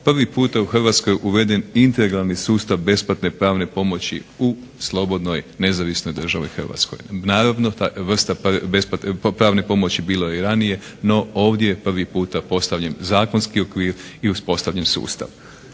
prvi puta u Hrvatskoj je uveden integralni sustav besplatne pravne pomoći u slobodnoj nezavisnoj državi Hrvatskoj. Naravno, vrsta pravne pomoći bilo je i ranije no ovdje je prvi puta postavljen zakonski okvir i uspostavljen sustav